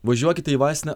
važiuokite į vaistinę